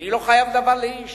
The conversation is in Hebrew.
אני לא חייב דבר לאיש